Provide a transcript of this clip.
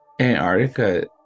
Antarctica